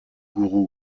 guru